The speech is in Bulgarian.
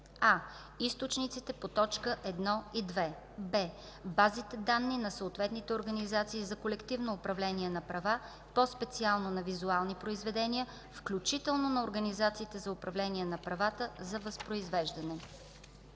а) източниците по т. 1 и 2; б) базите данни на съответните организации за колективно управление на права, по-специално на визуални произведения, включително на организациите за управление на правата за възпроизвеждане;